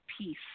peace